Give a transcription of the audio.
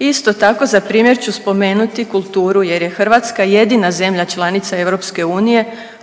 Isto tako za primjer ću spomenuti kulturu, jer je Hrvatska jedina zemlja članica EU